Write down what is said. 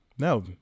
No